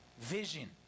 vision